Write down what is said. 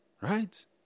right